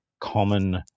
common